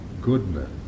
goodness